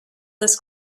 this